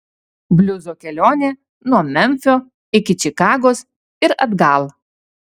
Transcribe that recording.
bliuzo kelionė nuo memfio iki čikagos ir atgal